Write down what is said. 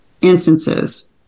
instances